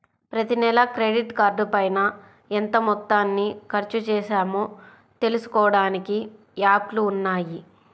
ప్రతినెలా క్రెడిట్ కార్డుపైన ఎంత మొత్తాన్ని ఖర్చుచేశామో తెలుసుకోడానికి యాప్లు ఉన్నయ్యి